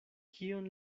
kion